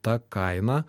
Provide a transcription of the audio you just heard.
ta kaina